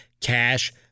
cash